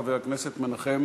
חבר הכנסת מנחם